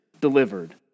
delivered